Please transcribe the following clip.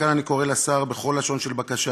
וכאן אני קורא לשר בכל לשון של בקשה